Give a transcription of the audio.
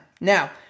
Now